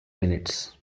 minutes